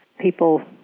people